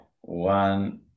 One